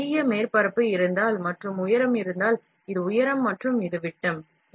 ஒரு பெரிய மேற்பரப்பு இருந்தால் மற்றும் உயரம் இருந்தால் இது உயரம் மற்றும் இது விட்டம்